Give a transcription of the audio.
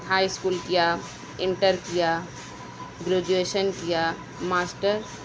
high school کیا inter کیا graduation کیا ماسٹر